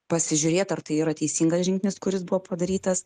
pasižiūrėt ar tai yra teisingas žingsnis kuris buvo padarytas